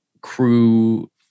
crew